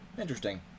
Interesting